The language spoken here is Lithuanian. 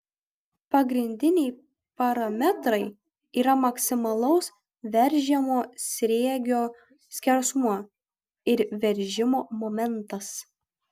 pagrindiniai parametrai yra maksimalaus veržiamo sriegio skersmuo ir veržimo momentas